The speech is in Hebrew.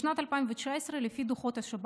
בשנת 2019, לפי דוחות השב"כ,